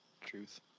truth